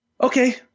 okay